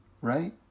right